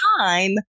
time